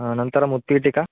अनन्तरमुत्पीठिका